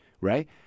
right